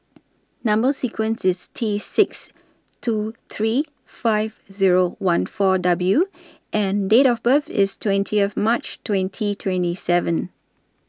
Number sequence IS T six two three five Zero one four W and Date of birth IS twenty of March twenty twenty seven